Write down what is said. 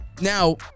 Now